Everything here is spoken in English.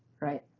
Right